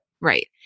Right